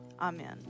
Amen